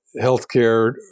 healthcare